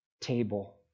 table